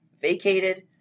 vacated